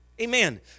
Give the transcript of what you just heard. Amen